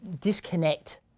disconnect